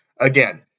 Again